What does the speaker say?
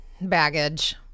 baggage